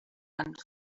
went